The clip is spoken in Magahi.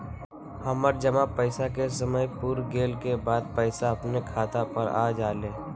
हमर जमा पैसा के समय पुर गेल के बाद पैसा अपने खाता पर आ जाले?